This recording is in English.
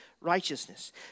righteousness